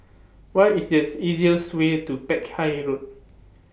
What IS The easiest Way to Peck Hay Road